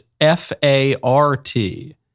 F-A-R-T